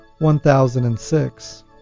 1006